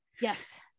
Yes